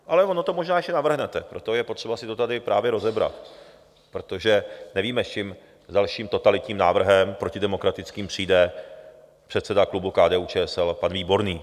Ale ono to možná ještě navrhnete, proto je potřeba si to tady právě rozebrat, protože nevíme, s čím, dalším totalitním návrhem, protidemokratickým přijde předseda klubu KDUČSL pan Výborný.